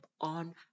on